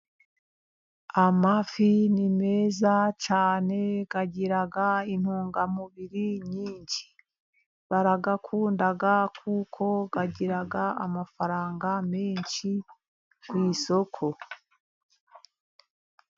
Amafi ni meza cyane agira intungamubiri nyinshi. Baragakunda kuko agira amafaranga menshi ku isoko.